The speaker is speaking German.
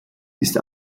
ist